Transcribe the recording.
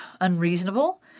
unreasonable